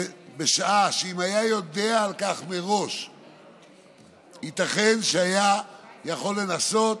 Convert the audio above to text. בשעה שאם היה יודע על כך מראש ייתכן שהיה יכול לנסות